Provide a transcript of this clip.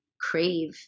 crave